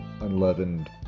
unleavened